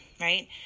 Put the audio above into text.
right